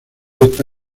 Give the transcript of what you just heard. esta